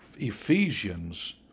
ephesians